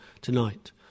tonight